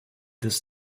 this